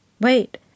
Wait